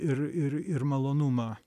ir ir ir malonumą